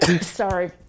sorry